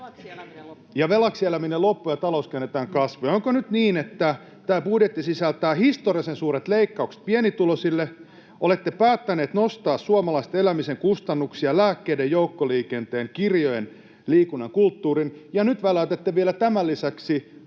velaksi eläminen loppuu ja talous käännetään kasvuun, ja onko nyt niin, että tämä budjetti sisältää historiallisen suuret leikkaukset pienituloisille. Olette päättäneet nostaa suomalaisten elämisen kustannuksia — lääkkeiden, joukkoliikenteen, kirjojen, liikunnan, kulttuurin — ja nyt väläytätte vielä tämän lisäksi